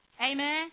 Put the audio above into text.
Amen